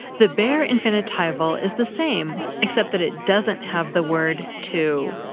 the bare infinitival is the same, except that it doesn't have the word to.